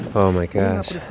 oh, my gosh